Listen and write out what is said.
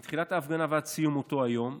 מתחילת ההפגנה ועד סיום אותו היום,